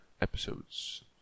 Episodes